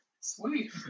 Sweet